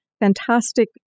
fantastic